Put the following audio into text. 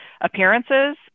appearances